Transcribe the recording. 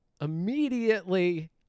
Immediately